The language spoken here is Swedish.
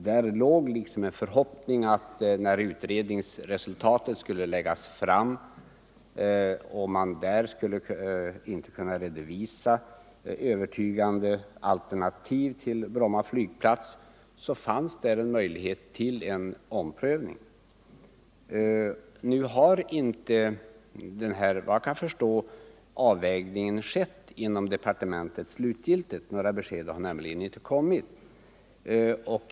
Det ingav en förhoppning om att om utredningen inte kunde redovisa något övertygande alternativ till en flygplats fanns det en möjlighet till omprövning. Efter vad jag kan förstå har den här avvägningen inte slutgiltigt gjorts inom departementet — några besked har nämligen inte kommit.